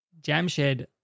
Jamshed